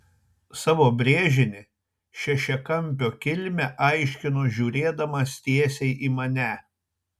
savo brėžinį šešiakampio kilmę aiškino žiūrėdamas tiesiai į mane